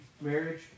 marriage